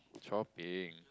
shopping